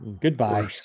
Goodbye